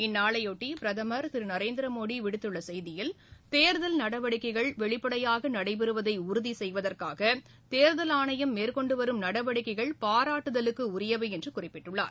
இந்நாளையொட்டி பிரதம் திரு நரேந்திரமோடி விடுத்துள்ள செய்தியில் தோதல் நடவடிக்கைகள் வெளிப்படையாக நடைபெறுவதை உறுதி செய்வதற்காக தேர்தல் ஆணையம் மேற்கொண்டு வரும் நடவடிக்கைகள் பாராட்டுதலுக்குரியவை என்று குறிப்பிட்டுள்ளார்